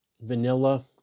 vanilla